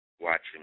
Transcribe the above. Watching